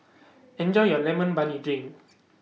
Enjoy your Lemon Barley Drink